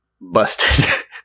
busted